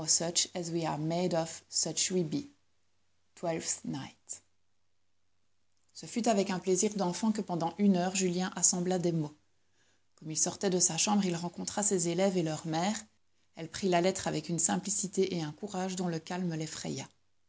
ce fut avec un plaisir d'enfant que pendant une heure julien assembla des mots comme il sortait de sa chambre il rencontra ses élèves et leur mère elle prit la lettre avec une simplicité et un courage dont le calme l'effraya